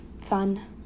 fun